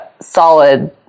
solid